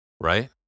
Right